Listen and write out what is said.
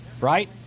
right